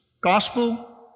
gospel